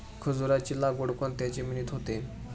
खजूराची लागवड कोणत्या जमिनीत होते?